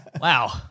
Wow